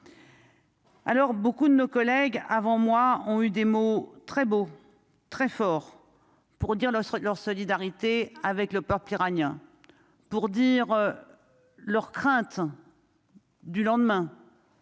Alors, beaucoup de nos collègues avant moi ont eu des mots très beau, très fort pour dire leur leur solidarité avec le peuple iranien pour dire leur crainte du lendemain